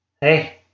hey